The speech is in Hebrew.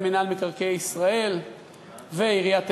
מינהל מקרקעי ישראל ועיריית תל-אביב.